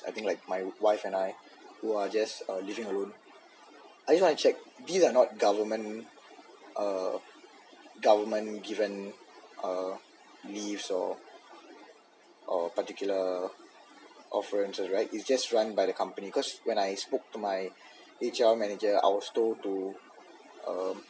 I think like my wife and I who are just living a room I just wanna check we are not government uh government given uh leaves or a particular offers right it's just run by the company cause when I spoke to my H_R manager I was told to um